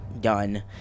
done